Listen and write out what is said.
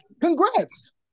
Congrats